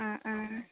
অঁ অঁ